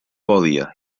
volia